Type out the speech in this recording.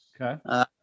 Okay